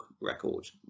record